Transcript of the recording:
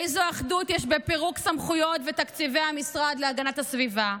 איזו אחדות יש בפירוק סמכויות ותקציבי המשרד להגנת הסביבה.